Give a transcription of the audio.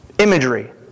Imagery